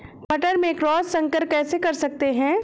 मटर में क्रॉस संकर कैसे कर सकते हैं?